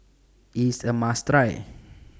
IS A must Try